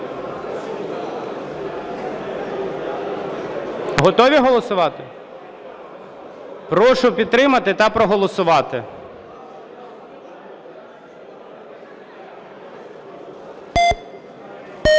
Готові голосувати? Прошу підтримати та проголосувати.